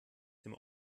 dem